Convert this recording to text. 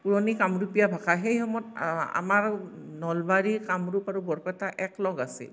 পুৰণি কামৰূপীয়া ভাষা সেই সময়ত আমাৰ নলবাৰী কামৰূপ আৰু বৰপেটা একেলগে আছিল